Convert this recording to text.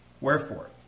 Wherefore